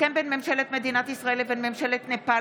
הסכם בין ממשלת מדינת ישראל לבין ממשלת נפאל